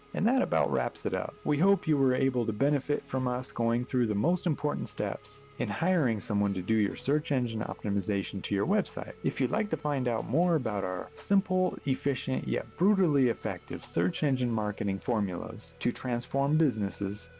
and that about wraps it up. we hope you were able to benefit from us going through the most important steps in hiring someone to do search engine optimization to your website. if you'd like to find out more about our simple, efficient, yet brutally effective search engine marketing formulas to transform businesses.